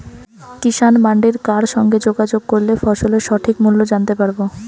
কিষান মান্ডির কার সঙ্গে যোগাযোগ করলে ফসলের সঠিক মূল্য জানতে পারবো?